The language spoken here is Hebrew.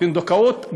הפונדקאות,